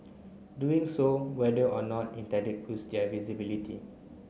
doing so whether or not intended boost their visibility